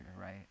right